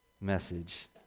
message